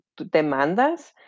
demandas